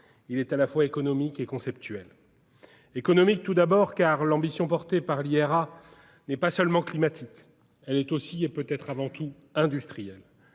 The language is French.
défi, à la fois économique et conceptuel : économique tout d'abord, car l'ambition portée par l'IRA n'est pas seulement climatique ; elle est aussi, et peut-être avant tout, industrielle.